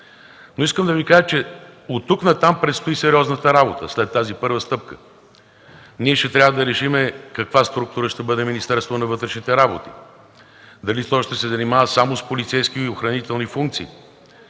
Но искам да Ви кажа, че оттук натам предстои сериозната работа, след тази първа стъпка! Ние ще трябва да решим каква структура ще бъде Министерството на вътрешните работи, дали то ще има само полицейски и охранителни функции,